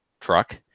truck